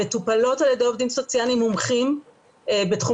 הן מטופלות על ידי עובדים סוציאליים מומחים בתחום